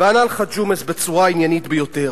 וענה לך ג'ומס בצורה עניינית ביותר,